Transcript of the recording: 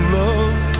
love